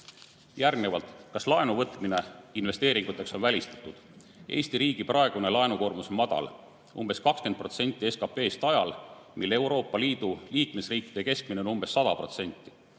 kaardistada. Järgnevalt, kas laenuvõtmine investeeringuteks on välistatud? Eesti riigi praegune laenukoormus on madal, umbes 20% SKP‑st ajal, mil Euroopa Liidu liikmesriikide keskmine on umbes 100%.